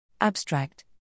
Abstract